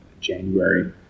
January